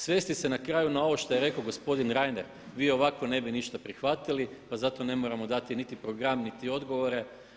Svesti se na kraju na ovo što je rekao gospodin Reiner, vi ovako ne bi ništa prihvatili pa zato ne moramo dati niti program niti odgovore.